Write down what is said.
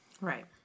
Right